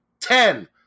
Ten